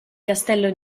castello